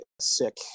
sick